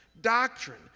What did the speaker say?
doctrine